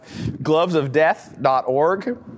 Glovesofdeath.org